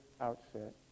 outset